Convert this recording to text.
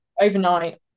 overnight